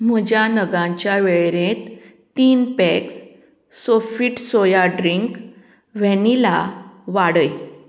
म्हज्या नगांच्या वेळेरेंत तीन packs Sofit soya drink vanilla वाडय